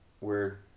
weird